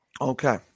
Okay